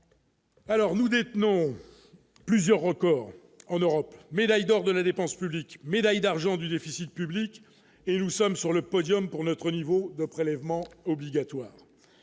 Alors nous détenons plusieurs records en Europe, médaille d'or de la dépense publique, médaille d'argent du déficit public et nous sommes sur le podium pour notre niveau de prélèvements obligatoires,